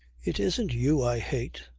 it isn't you i hate,